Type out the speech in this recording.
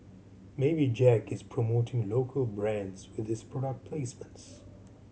maybe Jack is promoting local brands with his product placements